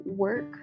Work